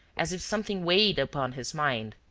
as if something weighed upon his mind.